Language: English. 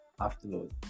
afterload